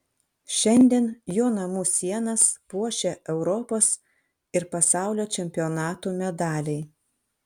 šiandien jo namų sienas puošia europos ir pasaulio čempionatų medaliai